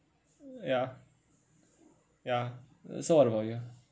ya ya so what about you